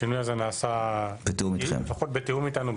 השינוי הזה נעשה לפחות בתיאום איתנו,